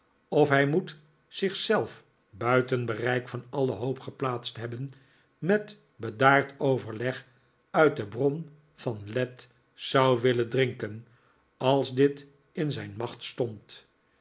geplaatst hebben met bedaard overleg uit de bron van lethe zou willen drinken als dit in zijn macht stond